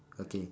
okay